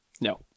no